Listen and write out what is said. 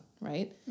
right